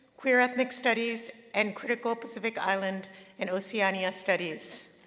queer ethnic studies, and critical pacific island and oceania studies.